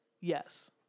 yes